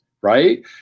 Right